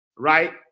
Right